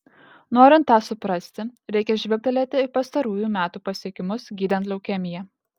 norint tą suprasti reikia žvilgtelėti į pastarųjų metų pasiekimus gydant leukemiją